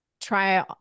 try